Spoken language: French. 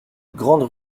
grande